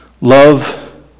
Love